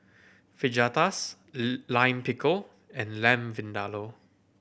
Fajitas Lime Pickle and Lamb Vindaloo